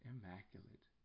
Immaculate